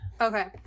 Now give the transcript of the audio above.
Okay